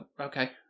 okay